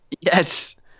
Yes